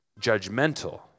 judgmental